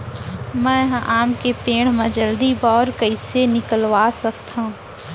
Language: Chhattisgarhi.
मैं ह आम के पेड़ मा जलदी बौर कइसे निकलवा सकथो?